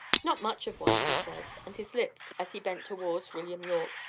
not much of one, he said, and his lips, as he bent towards william yorke,